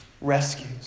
rescues